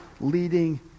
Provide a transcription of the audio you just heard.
leading